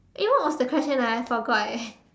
eh what was the question ah I forgot eh